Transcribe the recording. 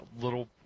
Little